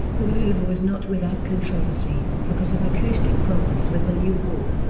the move was not without controversy, because of acoustic problems with the new hall.